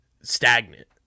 stagnant